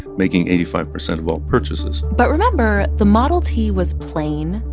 making eighty five percent of all purchases but remember the model t was plain,